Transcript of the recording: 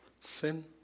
sin